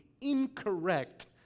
incorrect